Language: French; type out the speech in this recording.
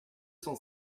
cent